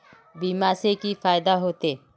बीमा से की फायदा होते?